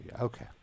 Okay